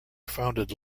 founded